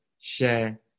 share